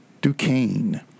Duquesne